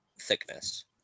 thickness